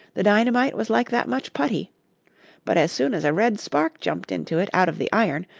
the dynamite was like that much putty but as soon as a red spark jumped into it out of the iron,